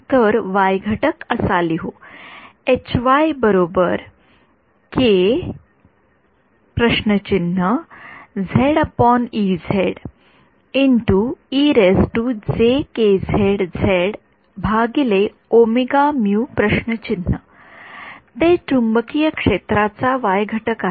तर y घटक असा लिहू शकतो ते चुंबकीय क्षेत्राचा y घटक आहे